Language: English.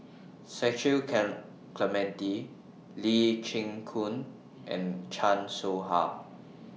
Cecil Can Clementi Lee Chin Koon and Chan Soh Ha